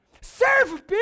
Serve